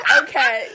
okay